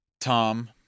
Tom